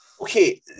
Okay